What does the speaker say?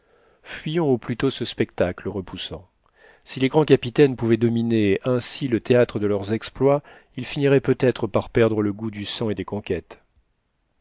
au plus tôt ce spectacle repoussant si les grands capitaines pouvaient dominer ainsi le théâtre de leurs exploits ils finiraient peut-être par perdre le goût du sang et des conquêtes